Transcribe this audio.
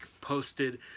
posted